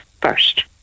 first